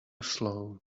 slow